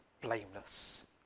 blameless